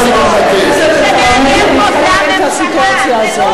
הרגשתי גם את הכאב.